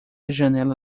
janela